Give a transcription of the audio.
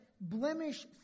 blemish